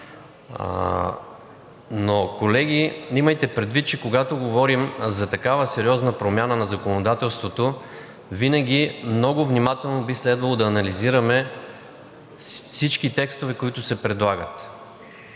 Но, колеги, имайте предвид, че когато говорим за такава сериозна промяна на законодателството, винаги много внимателно би следвало да анализираме всички текстове, които се предлагат.